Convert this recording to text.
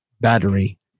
battery